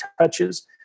touches